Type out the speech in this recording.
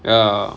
ya